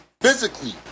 physically